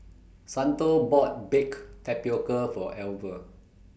Santo bought Baked Tapioca For Alver